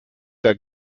der